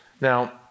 Now